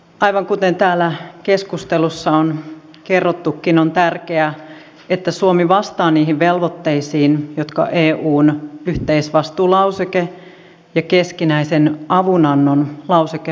aivan kuten täällä keskustelussa on kerrottukin on tärkeää että suomi vastaa niihin velvoitteisiin jotka eun yhteisvastuulauseke ja keskinäisen avunannon lauseke meille luovat